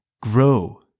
grow